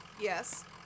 Yes